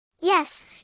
Yes